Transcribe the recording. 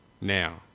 Now